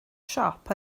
siop